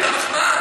זה לא לעניין.